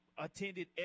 Attended